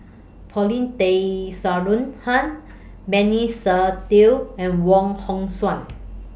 Paulin Tay Straughan Benny Se Teo and Wong Hong Suen